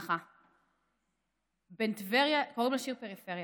לשיר קוראים "פריפריה".